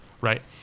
Right